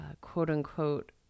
quote-unquote